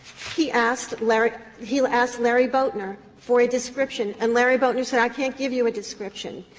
he asked larry he asked larry boatner for a description, and larry boatner said i can't give you a description.